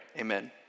amen